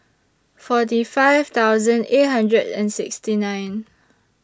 forty five thousand eight hundred and sixty nine